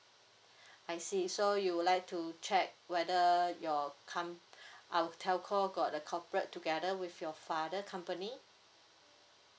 I see so you would like to check whether your com~ our telco got the corporate together with your father company